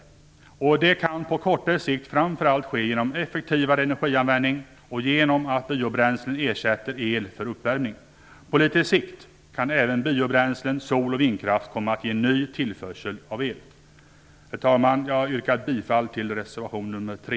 På kortare sikt kan det ske framför allt genom en effektivare energianvändning och genom att biobränslen ersätter el för uppvärmning. På litet sikt kan även biobränslen och sol och vindkraft komma att ge ny tillförsel av el. Herr talman! Jag yrkar bifall till reservation nr 3.